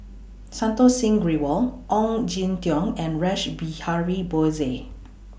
Santokh Singh Grewal Ong Jin Teong and Rash Behari Bose